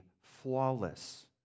flawless